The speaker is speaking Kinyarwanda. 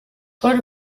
paul